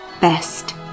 best